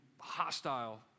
hostile